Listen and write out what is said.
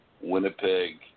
Winnipeg